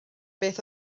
beth